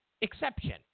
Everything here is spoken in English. exception